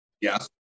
Yes